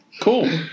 Cool